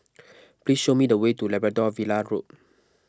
please show me the way to Labrador Villa Road